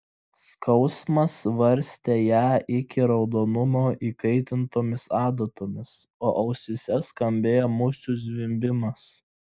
skausmas varstė ją iki raudonumo įkaitintomis adatomis o ausyse skambėjo musių zvimbimas